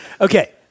Okay